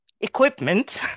equipment